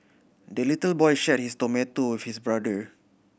the little boy shared his tomato with his brother